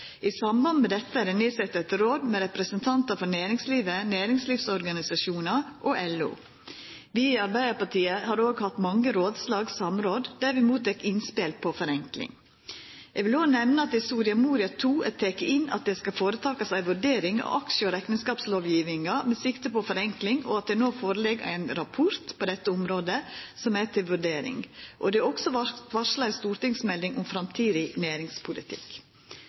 I samband med dette er det sett ned eit råd med representantar frå næringsliv, næringsorganisasjonar og LO. Vi i Arbeidarpartiet har òg hatt mange rådslag/samråd der vi har motteke innspel på forenkling. Eg vil òg nemna at det i Soria Moria II er teke inn at det skal føretakast ei vurdering av aksje- og rekneskapslovgjevinga med sikte på forenkling, og at det no ligg føre ein rapport på dette området, som er til vurdering. Det er òg varsla ei stortingsmelding om framtidig næringspolitikk.